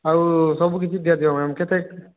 ଆଉ ସବୁ କିଛି ଦିଅ ଯିବ ମ୍ୟାମ୍ କେତେ